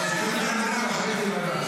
אתם מפריעים לחבר הכנסת לדבר.